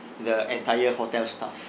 the entire hotel staff